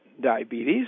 diabetes